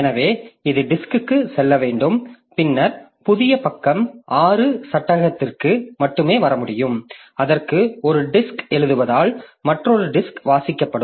எனவே இது டிஸ்க்க்குச் செல்ல வேண்டும் பின்னர் புதிய பக்கம் 6 சட்டகத்திற்கு மட்டுமே வர முடியும் அதற்கு ஒரு டிஸ்க் எழுதுவதால் மற்றொரு டிஸ்க் வாசிக்கப்படும்